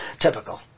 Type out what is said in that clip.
Typical